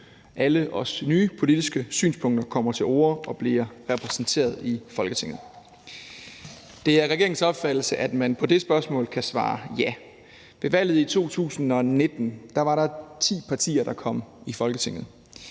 alle nye politiske synspunkter kommer til orde og bliver repræsenteret i Folketinget. Det er regeringens opfattelse, at man på det spørgsmål kan svare ja. Ved valget i 2019 var der ti partier, der kom i Folketinget.